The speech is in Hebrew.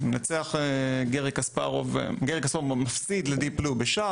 גארי קספרוב מפסיד ל-Deep Blue בשח.